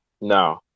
No